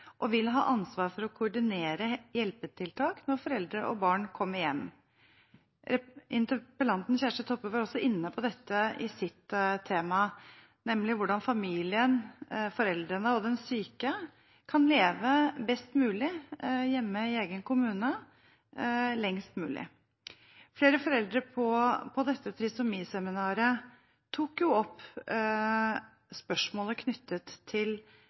og ha ansvar for å koordinere hjelpetiltak når foreldre og barn kommer hjem. Interpellanten Kjersti Toppe var også inne på dette i sitt tema, nemlig hvordan familien – foreldrene og den syke – kan leve best mulig hjemme i egen kommune lengst mulig. Flere foreldre på trisomiseminaret tok opp spørsmålet om aktiv behandling og lindrende behandling. Det er viktig å lytte til